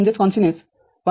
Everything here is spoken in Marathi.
y x'